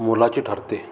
मुलाचे ठरते